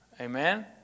Amen